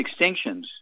extinctions